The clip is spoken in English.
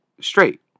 straight